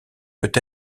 peut